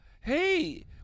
hey